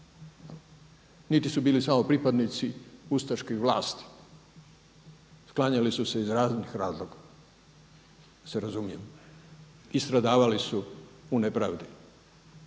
niti su bili samo pripadnici ustaških vlasti sklanjali su se iz raznih razloga da se razumijemo i stradavali su u nepravdi.